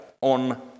on